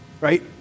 Right